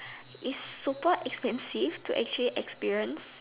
its super expensive to actually experience